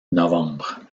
novembre